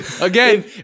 again